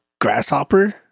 grasshopper